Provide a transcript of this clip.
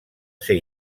ser